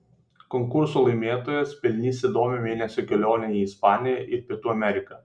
konkurso laimėtojas pelnys įdomią mėnesio kelionę į ispaniją ir pietų ameriką